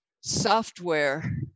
software